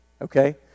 Okay